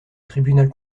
tribunal